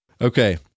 okay